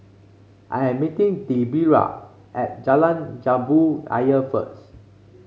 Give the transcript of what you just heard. I am meeting Debera at Jalan Jambu Ayer first